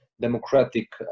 democratic